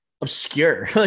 obscure